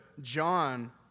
John